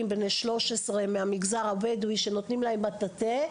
בני 13 מהמגזר הבדואי שנותנים להם מטאטא,